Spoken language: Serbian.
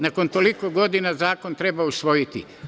Nakon toliko godina zakon treba usvojiti.